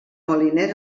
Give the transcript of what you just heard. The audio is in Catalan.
moliner